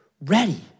ready